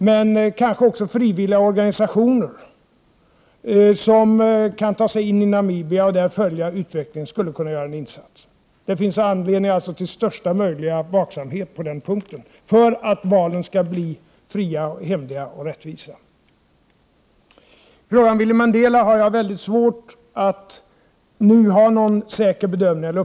Men även frivilliga organisationer, som kan ta sig in i Namibia och där följa utvecklingen, skulle kanske kunna göra en insats. Det finns alltså anledning till största möjliga vaksamhet på den punkten för att valen skall bli fria, hemliga och rättvisa. Frågan om Winnie Mandela har jag mycket svårt att nu ha någon säker uppfattning om.